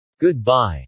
Goodbye